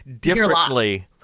differently